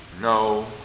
no